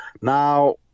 Now